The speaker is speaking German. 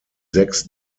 sechs